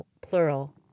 Plural